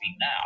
now